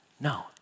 no